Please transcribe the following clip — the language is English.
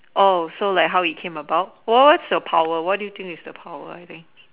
oh so like how it came about what's what's your power what do you think is your power I think